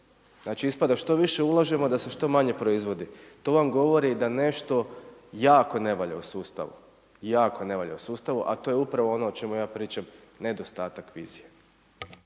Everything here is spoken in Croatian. Znači ispada što više ulažemo, da se što manje proizvodi. To vam govori da nešto jako ne valja u sustavu, jako ne valja u sustavu, a to je upravo ono o čemu ja pričam nedostatak vizije.